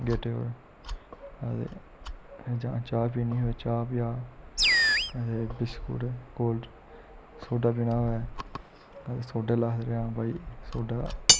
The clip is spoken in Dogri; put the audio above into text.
गेटै पर अदे जां चाह् पीनी होऐ चाह् भजाऽ कदें बिस्कुट कोल्ड ड्रिंक सोडा पीना होऐ सोडै आह्ला आखदे हां भाई सोड्डा